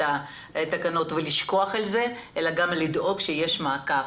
התקנות ולשכוח מהן אלא גם לדאוג לכך שיש מעקב,